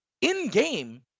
in-game